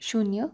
शून्य